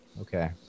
Okay